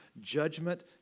judgment